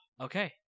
Okay